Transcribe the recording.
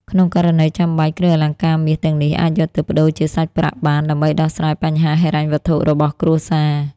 ក្នុងករណីចាំបាច់ គ្រឿងអលង្ការមាសទាំងនេះអាចយកទៅប្តូរជាសាច់ប្រាក់បាន ដើម្បីដោះស្រាយបញ្ហាហិរញ្ញវត្ថុរបស់គ្រួសារ។